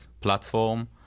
platform